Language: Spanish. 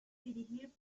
dirigir